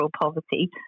poverty